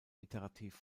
iterativ